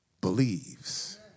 believes